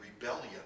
rebellion